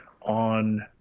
on